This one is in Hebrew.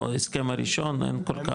מההסכם הראשון, אין כל כך.